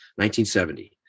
1970